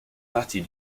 partie